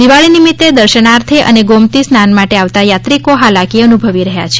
દિવાળી નિમિત્તે દર્શનાર્થે અને ગોમતી સ્નાન માટે આવતા યાત્રીકો હાલાકી અનુભવી રહ્યા છે